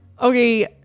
Okay